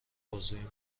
بازوی